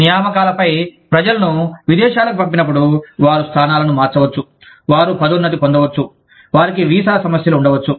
నియామకాలపై ప్రజలను విదేశాలకు పంపినప్పుడు వారు స్థానాలను మార్చవచ్చు వారు పదోన్నతి పొందవచ్చు వారికి వీసా సమస్యలు ఉండవచ్చు